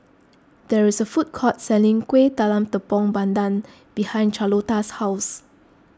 there is a food court selling Kuih Talam Tepong Pandan behind Charlotta's house